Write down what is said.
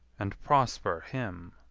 and prosper him!